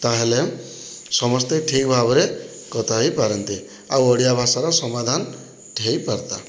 ତା'ହେଲେ ସମସ୍ତେ ଠିକ୍ ଭାବରେ କଥା ହେଇପାରନ୍ତେ ଆଉ ଓଡ଼ିଆ ଭାଷାର ସମାଧାନ ହେଇପାରନ୍ତା